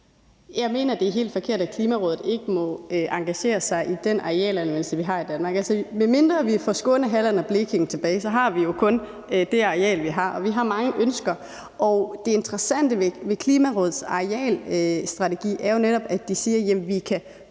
Jeg mener, at det er helt forkert, at Klimarådet ikke må engagere sig i den arealanvendelse, vi har i Danmark. Medmindre vi får Skåne, Halland og Blekinge tilbage, har vi ikke kun det areal, vi har, og vi har mange ønsker. Det interessante ved Klimarådets arealstrategi er jo netop, at de siger, at vi